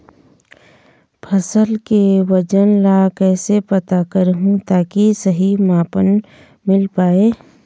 फसल के वजन ला कैसे पता करहूं ताकि सही मापन मील पाए?